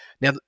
now